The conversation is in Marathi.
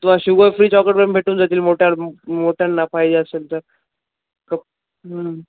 तुम्हाला शुगअ फ्री चॉकलेट पाहिजेल भेटून जातील मोठ्याल् म् मोठ्यांना पाहिजे असेल तर क् हं